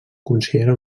considera